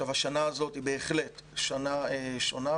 השנה הזו היא בהחלט שנה שונה,